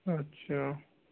اچھا